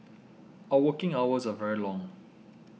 our working hours are very long